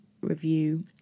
review